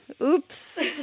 Oops